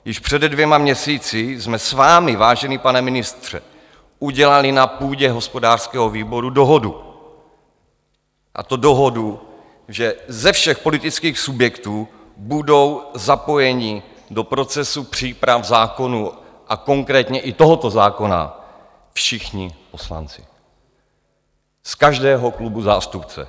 Již před dvěma měsíci jsme s vámi, vážený pane ministře, udělali na půdě hospodářského výboru dohodu, a to dohodu, že ze všech politických subjektů budou zapojeni do procesu příprav zákonů a konkrétně i tohoto zákona všichni poslanci, z každého klubu zástupce.